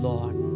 Lord